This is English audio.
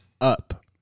up